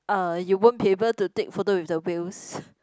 uh you won't be able to take photo with the whales